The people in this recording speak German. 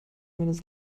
meines